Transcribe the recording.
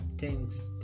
thanks